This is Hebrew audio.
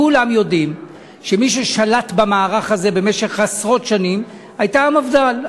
כולם יודעים שמי ששלטה במערך הזה במשך עשרות שנים הייתה המפד"ל,